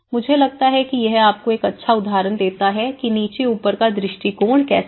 मुझे लगता है कि यह आपको एक अच्छा उदाहरण देता है कि नीचे ऊपर का दृष्टिकोण कैसा है